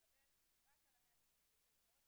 יקבל רק על ה-186 שעות,